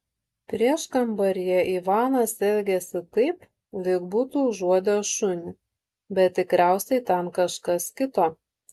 prieškambaryje ivanas elgėsi taip lyg būtų užuodęs šunį bet tikriausiai ten kažkas kito